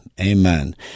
Amen